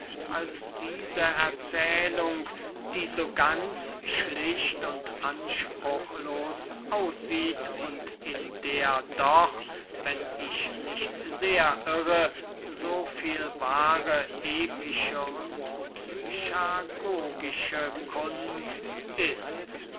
als diese erzählung die so ganz schlicht und anspruchlos aussieht und in der doch wenn ich nicht sehr irre so viel wahre epische und psychagogische kunst ist